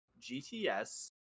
gts